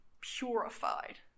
purified